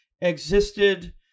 existed